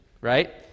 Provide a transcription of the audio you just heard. right